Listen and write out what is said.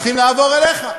צריכים לעבור אליך.